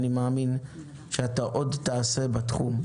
אני מאמין שעוד תעשה בתחום.